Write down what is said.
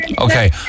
Okay